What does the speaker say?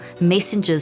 messengers